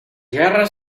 guerras